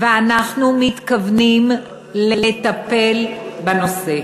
ואנחנו מתכוונים לטפל בנושא.